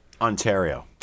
Ontario